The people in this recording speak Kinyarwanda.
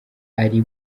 ari